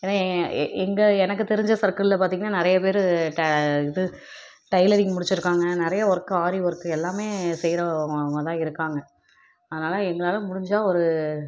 ஏன்னால் எ எங்கள் எனக்கு தெரிஞ்ச சர்க்கிளில் பார்த்தீங்கன்னா நிறைய பேர் ட இது டைலரிங் முடிச்சுருக்காங்க நிறைய ஒர்க்கு ஆரி ஒர்க்கு எல்லாமே செய்கிறவங்க தான் இருக்காங்க அதனால் எங்களால் முடிஞ்சால் ஒரு